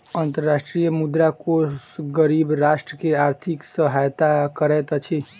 अंतर्राष्ट्रीय मुद्रा कोष गरीब राष्ट्र के आर्थिक सहायता करैत अछि